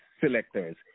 selectors